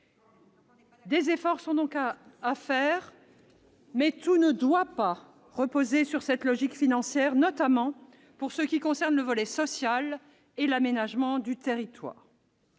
Des efforts sont donc à mener, mais tout ne doit pas reposer sur cette logique financière, notamment en ce qui concerne le volet social et l'aménagement du territoire.